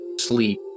sleep